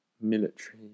military